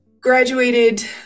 graduated